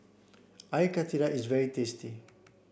I Karthira is very tasty